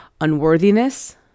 unworthiness